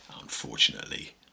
unfortunately